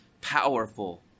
powerful